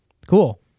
cool